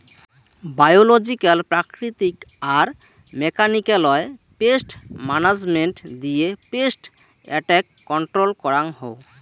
biological প্রাকৃতিক আর মেকানিক্যালয় পেস্ট মানাজমেন্ট দিয়ে পেস্ট এট্যাক কন্ট্রল করাঙ হউ